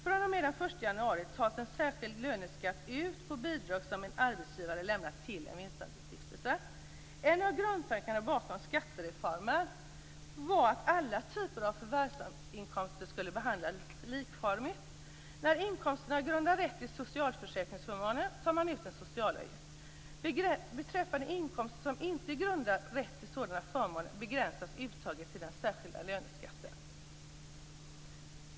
fr.o.m. den 1 januari tas en särskild löneskatt ut på bidrag som en arbetsgivare lämnat till en vinstandelsstiftelse. När inkomsterna grundar rätt till socialförsäkringsförmåner tar man ut en socialavgift. För inkomster som inte grundar rätt till sådana förmåner begränsas uttaget till den särskilda löneskatten.